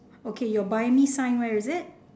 okay your bunny sign where is it